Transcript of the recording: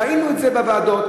ראינו את זה בוועדות,